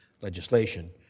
legislation